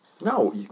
No